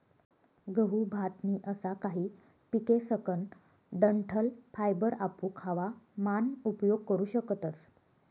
गहू, भात नी असा काही पिकेसकन डंठल फायबर आपू खावा मान उपयोग करू शकतस